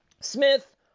Smith